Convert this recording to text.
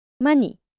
money